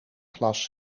glas